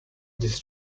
this